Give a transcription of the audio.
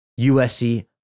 USC